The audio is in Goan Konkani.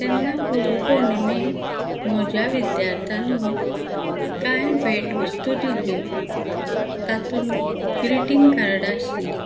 तेन्ना गुरूपोर्णिमेक म्हज्या विद्यार्थ्यांनी कांय भेटवस्तू दिल्ल्यो तातून ग्रिटींग कार्डां आशिल्लीं